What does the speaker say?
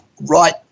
right